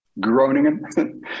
Groningen